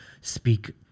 speak